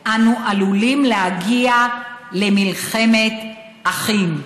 אנו עלולים להגיע למלחמת אחים.